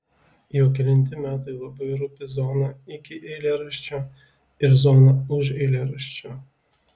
jau kelinti metai labai rūpi zona iki eilėraščio ir zona už eilėraščio